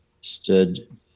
stood